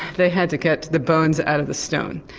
they had to get the bones out of the stone,